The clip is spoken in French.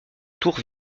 tour